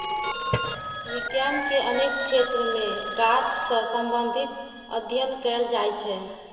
विज्ञान के अनेक क्षेत्र मे गाछ सं संबंधित अध्ययन कैल जाइ छै